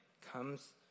comes